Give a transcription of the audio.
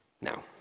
Now